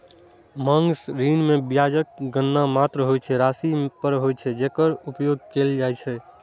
मांग ऋण मे ब्याजक गणना मात्र ओइ राशि पर होइ छै, जेकर उपयोग कैल जाइ छै